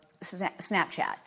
Snapchat